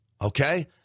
okay